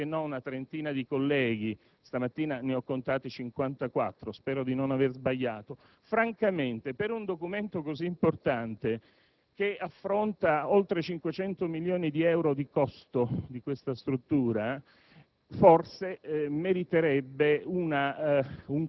perché un'Aula come questa, con al momento neanche una trentina di colleghi - stamattina ne ho contati 54 e spero di non avere sbagliato - per un documento così importante, che affronta gli oltre 500 milioni di euro di costo di questa struttura,